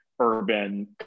urban